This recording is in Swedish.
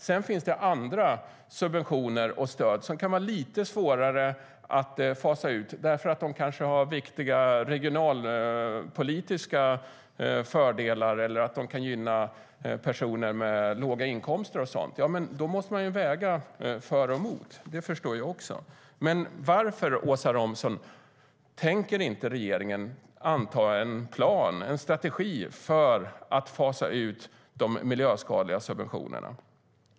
Sedan finns det andra subventioner och stöd som kan vara lite svårare att fasa ut därför att de kanske har viktiga regionalpolitiska fördelar eller kan gynna personer med låga inkomster och sådant. Det måste i så fall vägas för och emot, det förstår jag också, men varför, Åsa Romson, tänker regeringen inte anta en plan, en strategi, för att fasa ut de miljöskadliga subventionerna?